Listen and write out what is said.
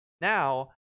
Now